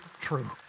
true